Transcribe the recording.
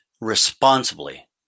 responsibly